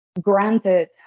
granted